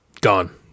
gone